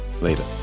Later